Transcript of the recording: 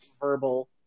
verbal